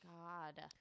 God